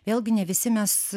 vėlgi ne visi mes